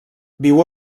viu